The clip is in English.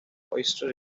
oyster